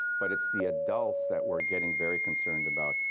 but it's the adults that we're getting very concerned about.